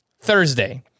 Thursday